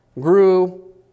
grew